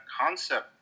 concept